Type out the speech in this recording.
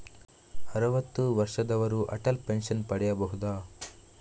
ಅರುವತ್ತು ವರ್ಷದವರು ಅಟಲ್ ಪೆನ್ಷನ್ ಪಡೆಯಬಹುದ?